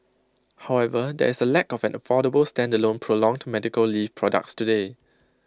however there is A lack of an affordable standalone prolonged medical leave products today